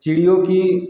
चिड़ियों की